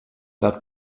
dat